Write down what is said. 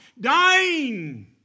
dying